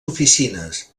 oficines